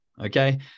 okay